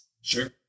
Sure